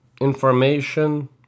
information